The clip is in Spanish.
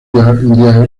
diagrama